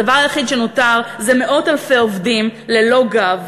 הדבר היחיד שנותר זה מאות-אלפי עובדים ללא גב,